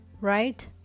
right